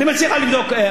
אני מציע לך לבדוק.